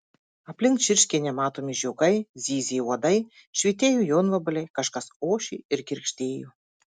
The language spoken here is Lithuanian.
aplink čirškė nematomi žiogai zyzė uodai švytėjo jonvabaliai kažkas ošė ir girgždėjo